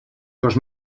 dos